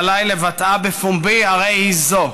שעליי, לבטאה בפומבי, הרי היא זו: